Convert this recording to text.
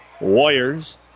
Warriors